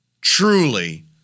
truly